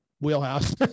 wheelhouse